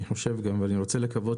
אני חושב גם ואני רוצה לקוות,